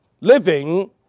living